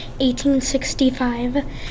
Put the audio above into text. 1865